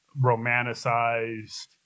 romanticized